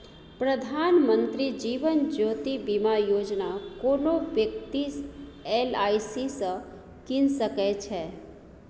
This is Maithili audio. प्रधानमंत्री जीबन ज्योती बीमा योजना कोनो बेकती एल.आइ.सी सँ कीन सकै छै